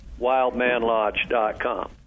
wildmanlodge.com